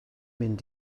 mynd